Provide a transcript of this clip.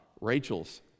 Rachel's